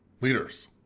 Leaders